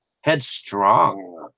headstrong